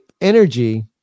energy